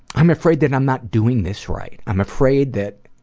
i'm afraid that i'm not doing this right. i'm afraid that,